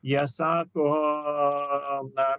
ją sako